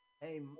Hey